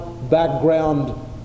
background